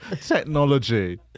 technology